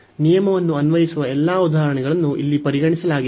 ಆದ್ದರಿಂದ ನಿಯಮವನ್ನು ಅನ್ವಯಿಸುವ ಎಲ್ಲಾ ಉದಾಹರಣೆಗಳನ್ನು ಇಲ್ಲಿ ಪರಿಗಣಿಸಲಾಗಿದೆ